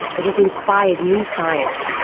it has inspired new science,